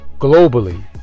globally